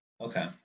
Okay